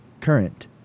current